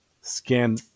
Scan